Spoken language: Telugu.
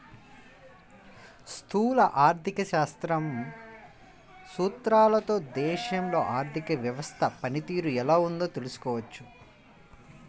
స్థూల ఆర్థిక శాస్త్రం సూత్రాలతో దేశంలో ఆర్థిక వ్యవస్థ పనితీరు ఎలా ఉందో తెలుసుకోవచ్చు